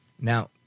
Now